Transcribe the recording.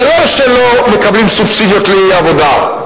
זה לא שמקבלים סובסידיות לאי-עבודה.